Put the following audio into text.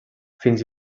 fins